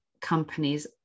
companies